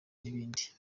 n’ibindi